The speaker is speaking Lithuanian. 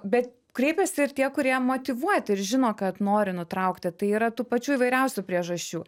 bet kreipias ir tie kurie motyvuoti ir žino kad nori nutraukti tai yra tų pačių įvairiausių priežasčių